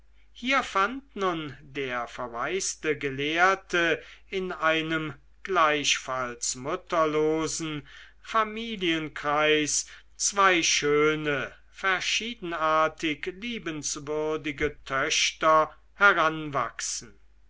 hier fand nun der verwaiste gelehrte in einem gleichfalls mutterlosen familienkreis zwei schöne verschiedenartig liebenswürdige töchter heranwachsen